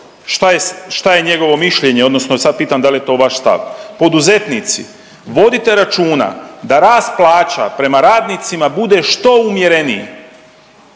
šta je njegovo mišljenje odnosno sad pitam da li to vaš stav. Poduzetnici vodite računa da rast plaća prema radnicima bude što umjereniji